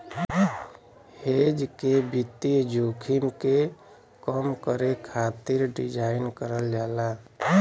hedge के वित्तीय जोखिम के कम करे खातिर डिज़ाइन करल जाला